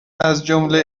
ازجمله